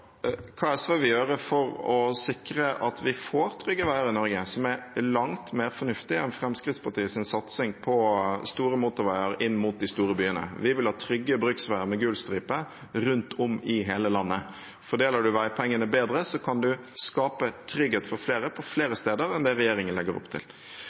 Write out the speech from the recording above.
hva SV vil gjøre for å sikre at vi får trygge veier i Norge, noe som er langt mer fornuftig enn Fremskrittspartiets satsing på store motorveier inn mot de store byene. Vi vil ha trygge bruksveier med gul stripe rundt om i hele landet. Fordeler man veipengene bedre, kan man skape trygghet for flere på flere steder enn det regjeringen legger opp til.